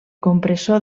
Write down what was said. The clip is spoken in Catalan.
compressor